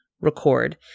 record